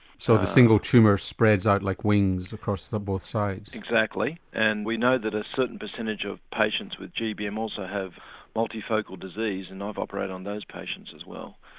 so the single tumour spreads out like wings across the both sides? exactly and we know that a certain percentage of patients with gbm also have multifocal disease and i've operated on those patients, as well.